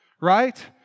right